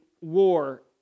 war